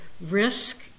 risk